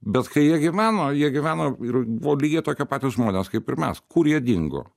bet kai jie gyveno jie gyveno ir buvo lygiai tokie patys žmonės kaip ir mes kur jie dingo